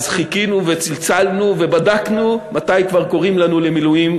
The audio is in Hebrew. חיכינו וצלצלנו ובדקנו מתי כבר קוראים לנו למילואים,